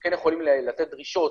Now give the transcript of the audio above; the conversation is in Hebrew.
אנחנו כן יכולים להעלות דרישות